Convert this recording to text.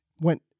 went